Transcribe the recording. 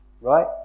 right